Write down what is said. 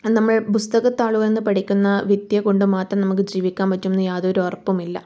നമ്മൾ പുസ്തകത്താളുകളിൽ നിന്ന് പഠിക്കുന്ന വിദ്യകൊണ്ട് മാത്രം നമുക്ക് ജീവിക്കാൻ പറ്റും എന്ന് യാതൊരു ഉറപ്പുമില്ല